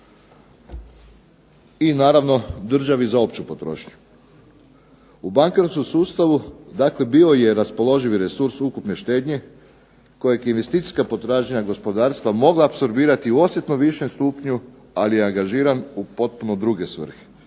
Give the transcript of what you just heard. i naravno državi za opću potrošnju. U bankarskom sustavu dakle bio je raspoloživi resurs ukupne štednje kojeg investicijska potražnja gospodarstva mogla apsorbirati u osjetno višem stupnju, ali je angažiran u potpuno druge svrhe,